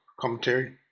commentary